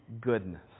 goodness